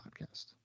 Podcast